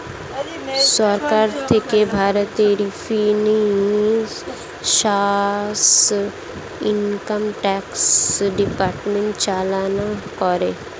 সরকার থেকে ভারতীয় revenue service, income tax department চালনা করে